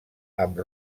amb